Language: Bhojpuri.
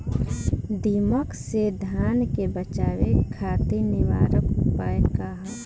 दिमक से धान के बचावे खातिर निवारक उपाय का ह?